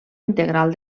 integral